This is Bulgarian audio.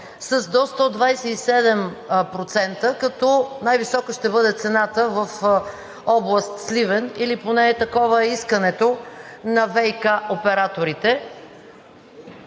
с до 127%, като най-висока ще бъде цената в област Сливен, или поне такова е искането на ВиК операторите.